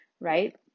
right